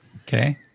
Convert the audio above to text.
Okay